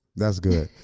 that's good.